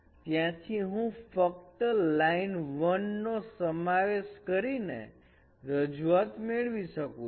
ત્યાંથી હું ફક્ત લાઇન 1 નો સમાવેશ કરીને રજૂઆત મેળવી શકું છું